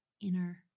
inner